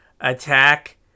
attack